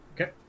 Okay